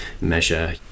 measure